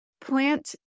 Plant